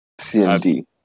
CMD